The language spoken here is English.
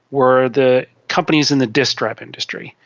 were the companies in the disk drive industry,